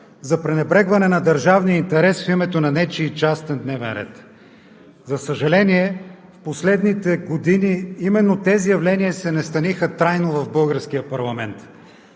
за пренебрегване на държавния интерес в името на нечий частен дневен ред. За съжаление, в последните години именно тези явления се настаниха трайно в българския парламент.